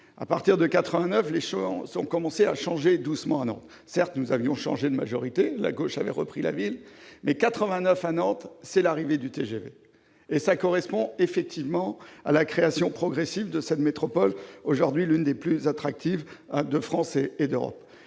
À partir de 1989, les choses ont commencé à changer doucement. Certes, nous avions changé de majorité, la gauche avait repris la ville, mais, surtout, 1989, c'est l'arrivée du TGV à Nantes et cela correspond à la création progressive de cette métropole, qui est aujourd'hui l'une des plus attractives de France et d'Europe.